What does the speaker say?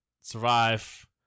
survive